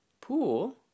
pool